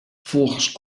volgens